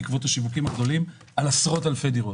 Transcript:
בעקבות השיווקים הגדולים אנחנו מדברים על עשרות אלפי דירות.